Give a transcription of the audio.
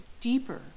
deeper